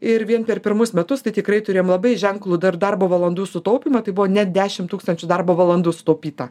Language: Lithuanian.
ir vien per pirmus metus tai tikrai turėjom labai ženklų dar darbo valandų sutaupymą tai buvo net dešimt tūkstančių darbo valandų sutaupyta